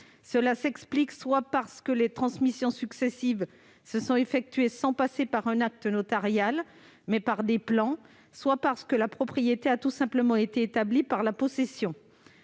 Cela s'explique soit parce que les transmissions successives se sont effectuées en passant non pas par un acte notarial, mais par des plans, soit parce que la propriété a tout simplement été établie par la possession.